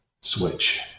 switch